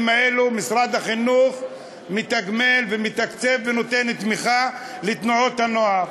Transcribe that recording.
האלה משרד החינוך מתגמל ומתקצב ונותן תמיכה לתנועות הנוער.